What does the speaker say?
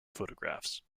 photographs